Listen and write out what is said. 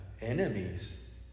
enemies